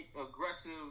aggressive